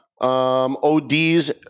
ODs